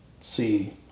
see